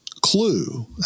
Clue